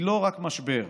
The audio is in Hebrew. היא לא רק משבר,